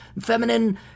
feminine